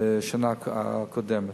מהשנה הקודמת.